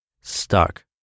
stuck